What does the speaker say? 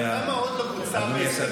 כמה עוד לא בוצע ב-2023?